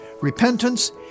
Repentance